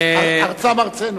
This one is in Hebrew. ארצם, ארצנו.